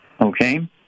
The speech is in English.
okay